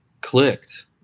clicked